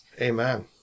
Amen